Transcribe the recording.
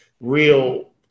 real